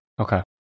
Okay